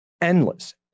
endless